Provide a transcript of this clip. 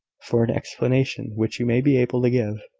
for an explanation which you may be able to give.